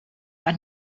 war